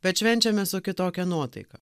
bet švenčiame su kitokia nuotaika